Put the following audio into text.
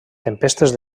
tempestes